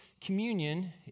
communion